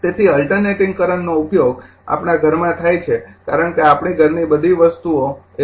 તેથી અલ્ટરનેટિંગ કરંટનો ઉપયોગ આપણા ઘરમાં થાય છે કારણ કે આપણી ઘરની બધી વસ્તુઓ એ